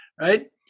right